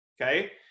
Okay